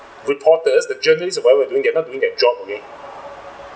reporters the journalists or whatever they're doing they're not doing their job okay